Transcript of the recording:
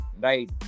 right